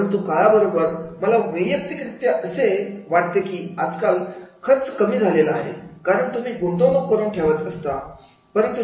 परंतु काळाबरोबर मला वैयक्तिकरित्या असे वाटते की आज काल खर्च कमी झालेला आहे कारण तुम्ही गुंतवणूक करून ठेवत असतात